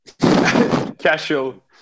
Casual